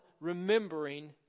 remembering